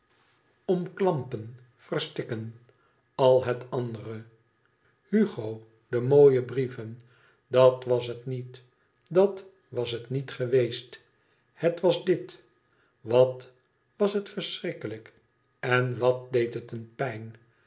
omklampen verstikken al het andere hugo de mooie brieven dat was het niet dat was het nietgeweest het was dit wat was het vreeslijk en wat deed het een pijn